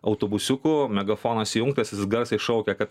autobusiuku megafonas įjungtas jis garsiai šaukia kad